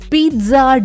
Pizza